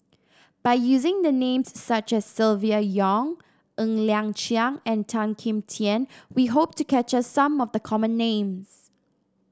by using the names such as Silvia Yong Ng Liang Chiang and Tan Kim Tian we hope to capture some of the common names